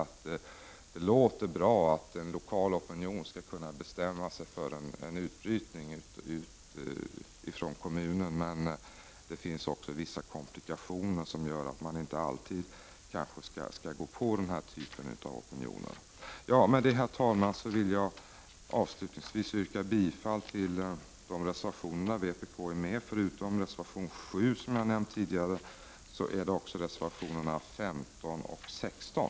Det låter bra att en lokal opinion skall kunna bestämma sig för en utbrytning från kommunen. Men det finns, som sagt, vissa komplikationer som gör att man inte alltid skall villfara den typen av opinioner. Med detta, herr talman, yrkar jag avslutningsvis bifall till de reservationer som vpk stöder. Förutom reservation 7, som jag tidigare har nämnt, gäller det också reservationerna 15 och 16.